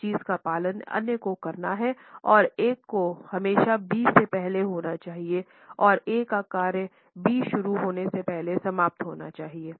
एक चीज़ का पालन अन्य को करना है और ए को हमेशा बी से पहले होना चाहिए और ए का कार्य बी शुरू होने से पहले समाप्त होना चाहिए